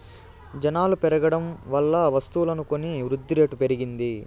జనాలు పెరగడం వల్ల వస్తువులు కొని వృద్ధిరేటు పెరిగింది